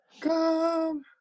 Come